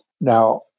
Now